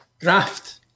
Graft